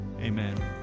amen